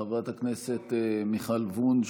חברת הכנסת מיכל וונש,